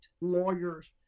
lawyers